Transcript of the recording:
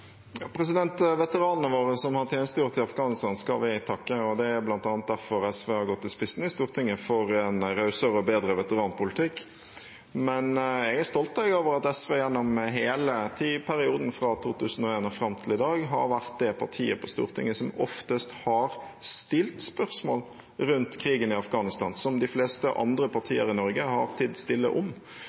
Veteranene våre som har tjenestegjort i Afghanistan, skal vi takke, og det er bl.a. derfor SV har stått i spissen i Stortinget for en rausere og bedre veteranpolitikk. Men jeg er stolt over at SV gjennom hele perioden fra 2001 og fram til i dag har vært det partiet på Stortinget som oftest har stilt spørsmål rundt krigen i Afghanistan, som de fleste andre partier i Norge har tidd stille om.